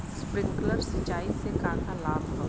Sprinkler सिंचाई से का का लाभ ह?